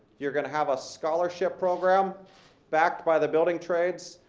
you're gonna have a scholarship program backed by the building trades,